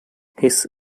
his